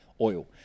oil